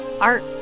art